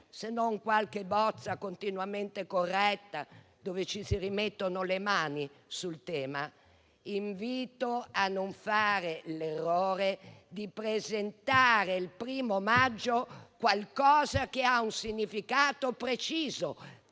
se non qualche bozza continuamente corretta, con cui si rimettono le mani sul tema. Ebbene, invito a non fare l'errore di presentare il 1° maggio qualcosa che ha un significato preciso: